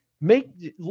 make